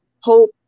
hope